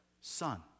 son